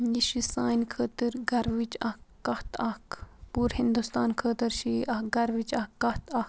یہِ چھُ سانہِ خٲطرٕ گَروٕچ اَکھ کَتھ اَکھ پوٗرٕ ہِندوستان خٲطرٕ چھِ یہِ اَکھ گَروٕچ اَکھ کتھ اَکھ